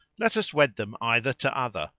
let us wed them either to other,